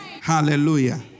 Hallelujah